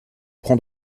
prends